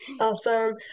Awesome